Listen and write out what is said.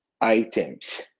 items